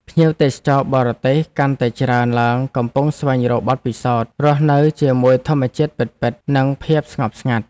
ភ្ញៀវទេសចរបរទេសកាន់តែច្រើនឡើងកំពុងស្វែងរកបទពិសោធន៍រស់នៅជាមួយធម្មជាតិពិតៗ និងភាពស្ងប់ស្ងាត់។